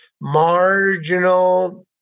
marginal